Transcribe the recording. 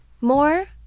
more